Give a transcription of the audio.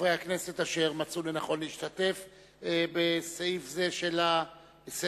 חברי הכנסת שמצאו לנכון להשתתף בסעיף זה של סדר-היום.